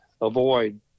avoid